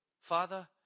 Father